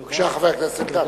בבקשה, חבר הכנסת אלדד.